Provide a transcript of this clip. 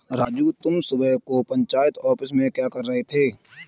राजू तुम सुबह को पंचायत ऑफिस में क्या कर रहे थे?